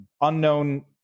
unknown